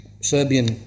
Serbian